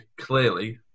clearly